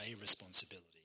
responsibility